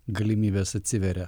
galimybės atsiveria